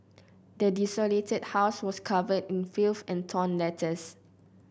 the desolated house was covered in filth and torn letters